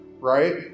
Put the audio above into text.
right